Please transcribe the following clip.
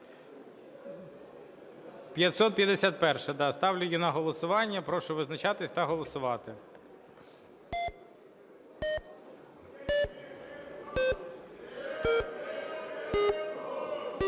да. Ставлю її на голосування. Прошу визначатись та голосувати.